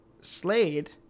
Slade